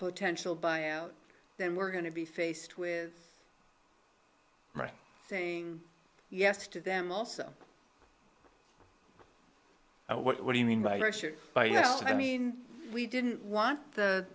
potential buy out then we're going to be faced with saying yes to them also what do you mean by by you know i mean we didn't want the